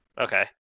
Okay